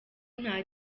nta